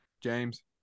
James